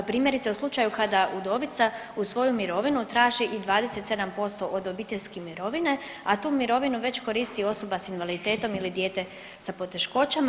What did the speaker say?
Primjerice u slučaju kada udovica uz svoju mirovinu traži i 27% od obiteljske mirovine, a tu mirovinu već koristi osoba sa invaliditetom ili dijete sa poteškoćama.